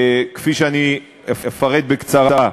כפי שאני אפרט בקצרה.